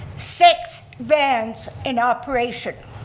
six vans in operation.